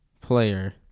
player